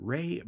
Ray